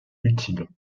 utile